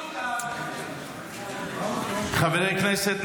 חברי הכנסת,